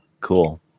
Cool